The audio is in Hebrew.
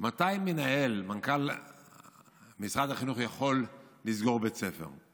מתי מנכ"ל משרד החינוך יכול לסגור בית ספר.